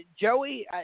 Joey